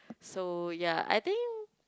so ya I think